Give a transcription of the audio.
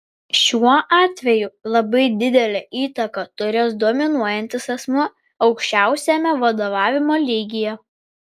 šiuo atveju labai didelę įtaką turės dominuojantis asmuo aukščiausiame vadovavimo lygyje